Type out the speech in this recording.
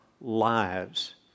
lives